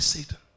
Satan